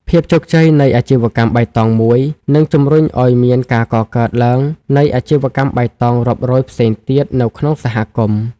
ភាពជោគជ័យនៃអាជីវកម្មបៃតងមួយ នឹងជម្រុញឱ្យមានការកកើតឡើងនៃអាជីវកម្មបៃតងរាប់រយផ្សេងទៀតនៅក្នុងសហគមន៍។